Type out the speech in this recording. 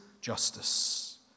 justice